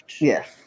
Yes